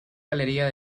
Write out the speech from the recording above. galería